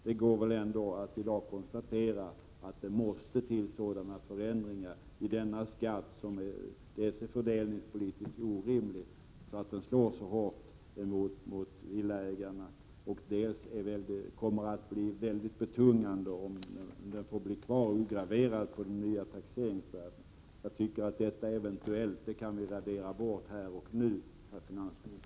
Det går väl ändå att i dag konstatera att det måste till förändringar i fråga om denna skatt, som dels är fördelningspolitiskt orimlig — den slår ju så hårt mot villaägarna—, dels kommer att bli betungande om den får gälla ograverad för de nya taxeringsvärdena. Jag tycker således att ordet ”eventuellt” kan raderas bort, herr finansminister!